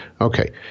Okay